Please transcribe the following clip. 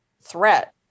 threat